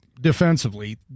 defensively